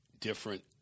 different